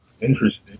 Interesting